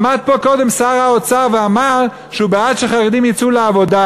עמד פה קודם שר האוצר ואמר שהוא בעד שחרדים יצאו לעבודה.